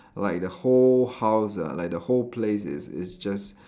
like the whole house ah like the whole place is is just